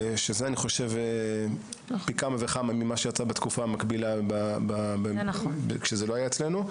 שזה פי כמה וכמה ממה שיצא בתקופה המקבילה כשזה לא היה אצלנו.